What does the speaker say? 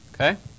Okay